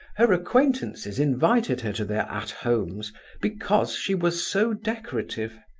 her acquaintances invited her to their at homes because she was so decorative.